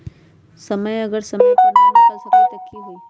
अगर समय समय पर न कर सकील त कि हुई?